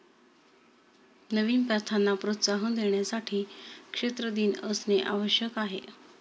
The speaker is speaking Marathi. नवीन प्रथांना प्रोत्साहन देण्यासाठी क्षेत्र दिन असणे आवश्यक आहे